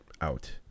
out